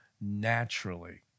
naturally